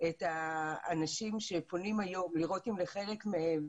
את האנשים שפונים היום, לראות אם לחלק מהם